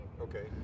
Okay